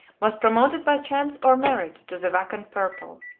was promoted by chance or merit to the vacant purple.